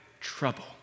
trouble